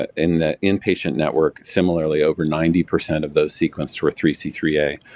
in the inpatient network, similarly, over ninety percent of those sequenced were three c three a.